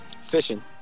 Fishing